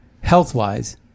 health-wise